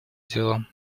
дело